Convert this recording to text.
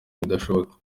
bidashoboka